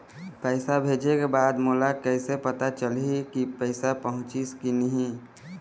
पैसा भेजे के बाद मोला कैसे पता चलही की पैसा पहुंचिस कि नहीं?